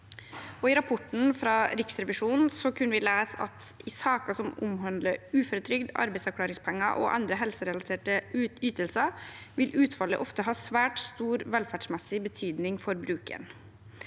3361 porten fra Riksrevisjonen kunne vi lese at i saker som omhandler uføretrygd, arbeidsavklaringspenger og andre helserelaterte ytelser, vil utfallet ofte ha svært stor velferdsmessig betydning for brukeren.